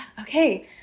Okay